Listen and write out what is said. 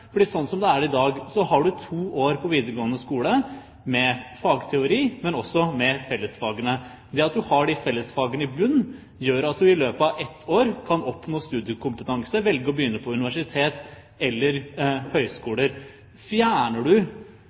sånn som det er i dag, har man to år på videregående skole med fagteori, men også med fellesfag. Det at man har disse fellesfagene i bunnen, gjør at man i løpet av ett år kan oppnå studiekompetanse og velge å begynne på universitet eller høyskole. Fjerner